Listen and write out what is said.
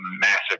massive